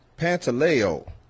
Pantaleo